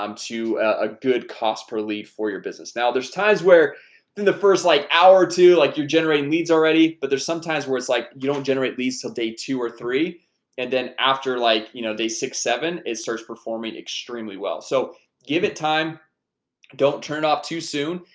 um to a good cost per lead for your business now there's times where in the first like hour like you're generating leads already but there's some times where it's like you don't generate these till day two or three and then after like you know day six seven it starts performing extremely well, so give it time don't turn off too soon.